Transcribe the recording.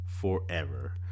forever